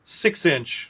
six-inch